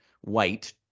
white